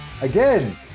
again